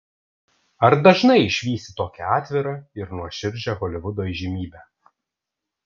ar dažnai išvysi tokią atvirą ir nuoširdžią holivudo įžymybę